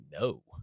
no